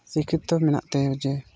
ᱥᱤᱠᱠᱷᱤᱛᱚ ᱢᱮᱱᱟᱜ ᱛᱟᱭᱟ ᱡᱮ